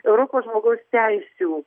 europos žmogaus teisių